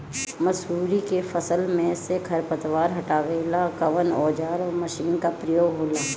मसुरी के फसल मे से खरपतवार हटावेला कवन औजार या मशीन का प्रयोंग होला?